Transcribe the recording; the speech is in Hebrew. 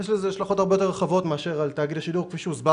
יש לזה השלכות הרבה יותר רחבות מאשר על תאגיד השידור כפי הוסבר